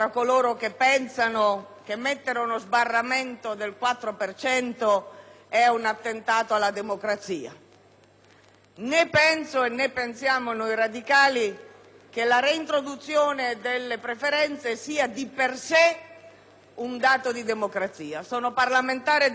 né penso e pensiamo noi radicali che la reintroduzione delle preferenze sia di per sé un dato di democrazia. Sono parlamentare di lungo corso e so come funzionano e come funzionavano le preferenze. So perfettamente che non è così.